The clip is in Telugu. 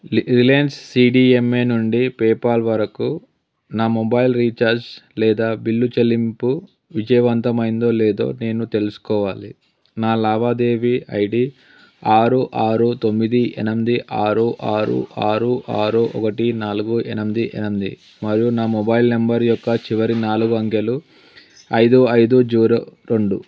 లి రిలయన్స్ సీడీఎంఏ నుండి పేపాల్ వరకు నా మొబైల్ రీఛార్జ్ లేదా బిల్లు చెల్లింపు విజయవంతమైందో లేదో నేను తెలుసుకోవాలి నా లావాదేవీ ఐడీ ఆరు ఆరు తొమ్మిది ఎనిమిది ఆరు ఆరు ఆరు ఆరు ఒకటి నాలుగు ఎనిమిది ఎనిమిది మరియు నా మొబైల్ నెంబర్ యొక్క చివరి నాలుగు అంకెలు ఐదు ఐదు జీరో రెండు